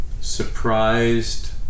surprised